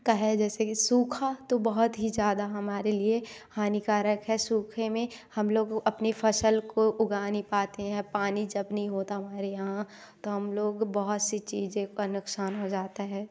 का है जैसे कि सूखा तो बहुत ही ज़्यादा हमारे लिए हानिकारक है सूखे में हम लोग अपनी फ़सल को उगा नहीं पाते हैं पानी जब नहीं होता हमारे यहाँ तो हम लोग बहुत सी चीज़ों का नुक़सान हो जाता है